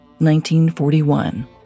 1941